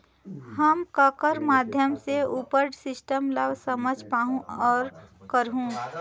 हम ककर माध्यम से उपर सिस्टम ला समझ पाहुं और करहूं?